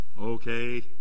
Okay